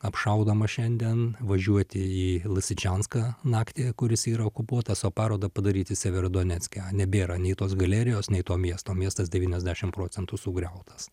apšaudoma šiandien važiuoti į lasičianską naktį kuris yra okupuotas o parodą padaryti severo donecke nebėra nei tos galerijos nei to miesto miestas devyniasdešin procentų sugriautas